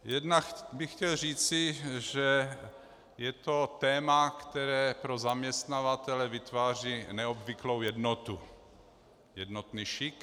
Jednak bych chtěl říci, že je to téma, které pro zaměstnavatele vytváří neobvyklou jednotu, jednotný šik.